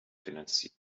finanziert